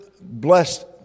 blessed